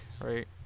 right